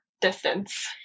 distance